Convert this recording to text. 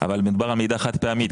אבל מדובר על מעידה חד פעמית.